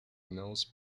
noise